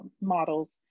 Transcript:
models